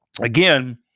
Again